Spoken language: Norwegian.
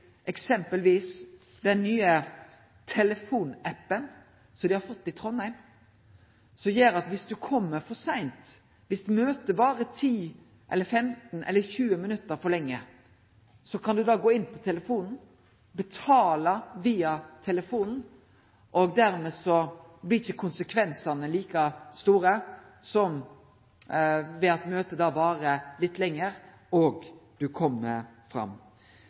eksempelvis den nye telefonappen som dei har fått i Trondheim, som gjer at dersom ein kjem for seint – viss møtet varer 10, 15 eller 20 minutt for lenge – kan ein berre gå inn på telefonen og betale via telefonen. Dermed blir ikkje konsekvensane like store når møtet varer litt lenger, og